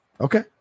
Okay